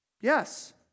Yes